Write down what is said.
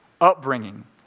upbringing